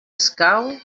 escau